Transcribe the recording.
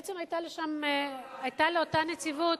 בעצם היתה לאותה נציבות,